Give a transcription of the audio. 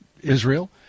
Israel